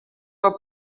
del